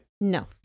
No